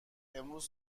امروز